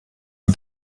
nur